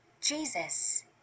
Jesus